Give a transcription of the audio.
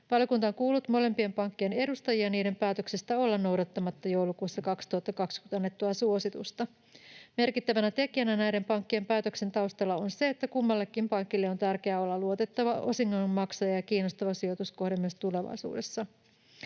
Valiokunta on kuullut molempien pankkien edustajia niiden päätöksestä olla noudattamatta joulukuussa 2020 annettua suositusta. Merkittävänä tekijänä näiden pankkien päätöksen taustalla on se, että kummallekin pankille on tärkeää olla luotettava osingonmaksaja ja kiinnostava sijoituskohde myös tulevaisuudessa.